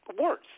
worse